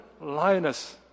lioness